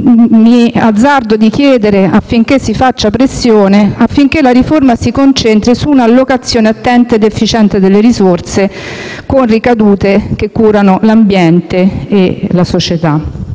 Mi azzardo quindi a chiedere che si faccia pressione affinché la riforma si concentri su un'allocazione attenta ed efficiente delle risorse, con ricadute che curino l'ambiente e la società.